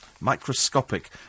Microscopic